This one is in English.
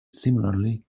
similarly